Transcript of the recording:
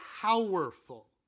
powerful